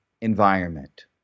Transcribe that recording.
environment